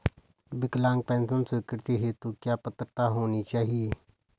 विकलांग पेंशन स्वीकृति हेतु क्या पात्रता होनी चाहिये?